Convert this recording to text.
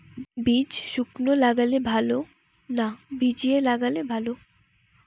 বীজ শুকনো লাগালে ভালো না ভিজিয়ে লাগালে ভালো?